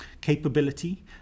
capability